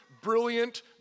brilliant